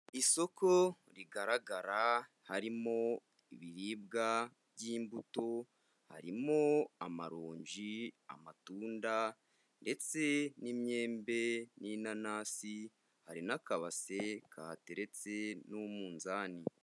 Isoko rigaragara harimo ibiribwa by'imbuto harimo, amaronji, amatunda ndetse n'imyembe n'inanasi, hari n'akabase kahateretse n'umunzani.